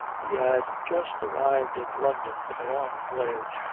he had just arrived in london from a long voyage,